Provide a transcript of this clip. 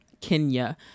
Kenya